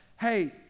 hey